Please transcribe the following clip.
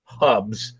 hubs